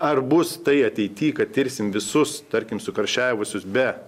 ar bus tai ateity kad tirsim visus tarkim sukarščiavusius be